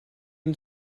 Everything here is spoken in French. une